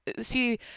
see